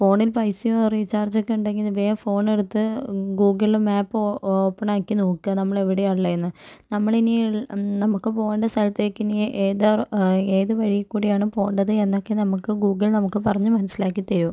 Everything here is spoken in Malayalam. ഫോണില് പൈസയോ റീചാര്ജൊക്കെ ഉണ്ടെങ്കില് വേഗം ഫോണെടുത്ത് ഗൂഗിള് മാപ് ഓപ്പണ് ആക്കി നോക്കുക നമ്മള് എവിടെയാണ് ഉള്ളതെന്ന് നമ്മള് ഇനി ഇൽ നമുക്ക് പോകേണ്ട സ്ഥലത്തേക്ക് ഇനി ഏതാണ് ഏത് വഴി കൂടെയാണ് പോകേണ്ടത് എന്നൊക്കെ നമുക്ക് ഗൂഗിൾ നമക്ക് പറഞ്ഞ് മനസിലാക്കി തരും